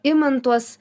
imant tuos